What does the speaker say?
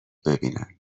ببینن